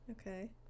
okay